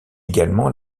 également